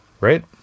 right